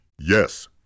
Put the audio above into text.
Yes